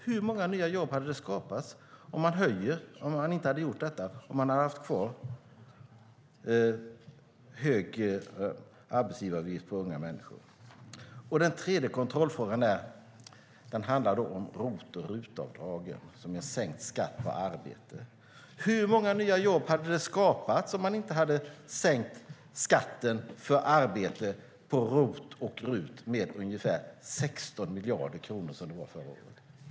Hur många nya jobb hade det skapats om man haft kvar en hög arbetsgivaravgift för unga människor? Den tredje kontrollfrågan handlar om ROT och RUT-avdragen som en sänkt skatt på arbete. Hur många nya jobb hade det skapats om man inte hade sänkt skatten för arbete med ROT och RUT med ungefär 16 miljarder kronor, som det var förra året?